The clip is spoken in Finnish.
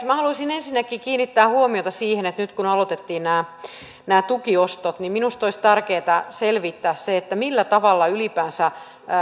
minä haluaisin ensinnäkin kiinnittää huomiota siihen että nyt kun aloitettiin nämä nämä tukiostot minusta olisi tärkeää selvittää se millä tavalla ylipäänsä